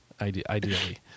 ideally